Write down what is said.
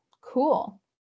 cool